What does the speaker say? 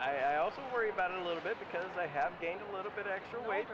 i also worry about a little bit because i have gained a little bit extra weight